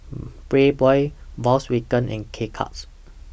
Playboy Volkswagen and K Cuts